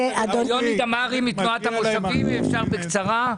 יוני דמרי מתנועת המושבים, אם אפשר, בקצרה.